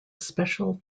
special